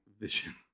vision